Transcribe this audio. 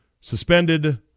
suspended